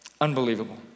Unbelievable